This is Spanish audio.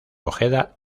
ojeda